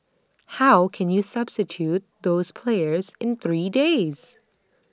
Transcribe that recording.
how can you substitute those players in three days